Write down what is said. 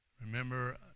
remember